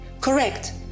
Correct